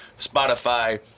Spotify